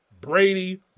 Brady